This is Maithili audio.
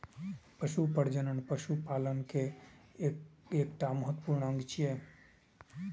पशु प्रजनन पशुपालन केर एकटा महत्वपूर्ण अंग छियै